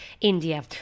India